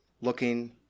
looking